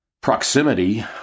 proximity